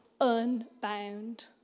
unbound